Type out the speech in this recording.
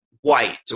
white